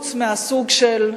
תירוץ מהסוג של: